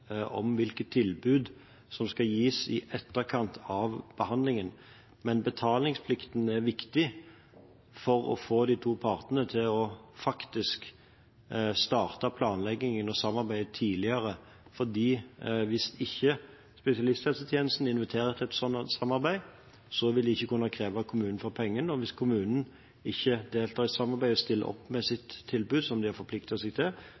om hvilke tilbud som skal gis i etterkant av behandlingen, men betalingsplikten er viktig for å få de to partene til å starte planleggingen og samarbeidet tidligere. Hvis spesialisthelsetjenesten ikke inviterer til et slikt samarbeid, vil de ikke kunne kreve kommunen for pengene, og hvis kommunen ikke deltar i samarbeidet og stiller opp med sitt tilbud, som de har forpliktet seg til,